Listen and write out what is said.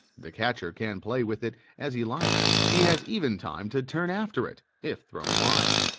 the catcher can play with it as he likes he has even time to turn after it, if thrown wide.